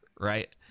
right